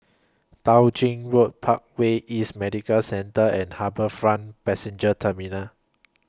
Tao Ching Road Parkway East Medical Centre and HarbourFront Passenger Terminal